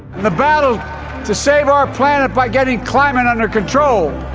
the battle to save our planet, by getting climate under control